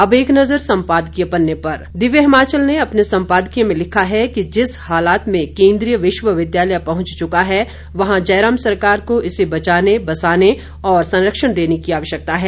अब एक नज़र सम्पादकीय पन्ने पर दिव्य हिमाचल ने अपने संपादकीय में लिखा है जिस हालत तक केंद्रीय विश्वविद्यालय पहुंच चुका है वहां जयराम सरकार को इसे बचाने बसाने और संरक्षण देने की आवश्यकता है